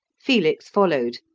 felix followed,